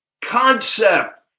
concept